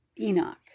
Enoch